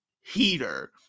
heater